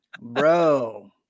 bro